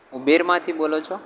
ઉબેરમાંથી બોલો છો